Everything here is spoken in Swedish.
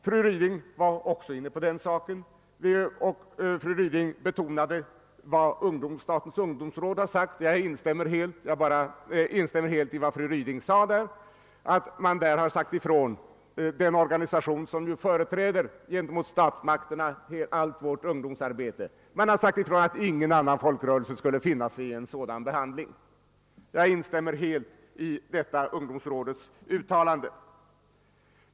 Fru Ryding var också inne på den saken och betonade vad statens ungdomsråd framhållit, och jag instämmer helt i vad hon yttrade. Statens ungdomsråd, den organisation som gentemot statsmakterna företräder allt ungdomsarbete, har sagt ifrån att ingen annan folkrörelse skulle finna sig i en sådan behandling. Jag instämmer alltså helt i detta ungdomsrådets uttalande.